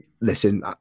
listen